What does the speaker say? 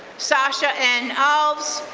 sasha n. alves,